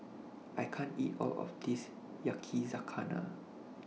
I can't eat All of This Yakizakana